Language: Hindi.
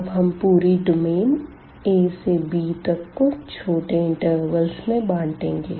अब हम पूरी डोमेन a से bतक को छोटे इंटरवल में बांटेंगे